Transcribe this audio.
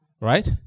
Right